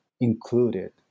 included